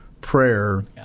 prayer